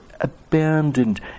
abandoned